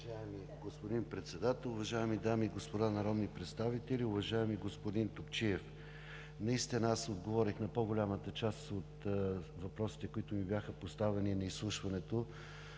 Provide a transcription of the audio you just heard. Уважаеми господин Председател, уважаеми дами и господа народни представители, уважаеми господин Топчиев! Наистина аз отговорих на по-голямата част от въпросите, които ми бяха поставени на изслушването